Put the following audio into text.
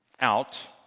out